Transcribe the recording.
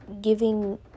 giving